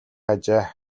ажээ